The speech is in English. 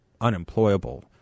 unemployable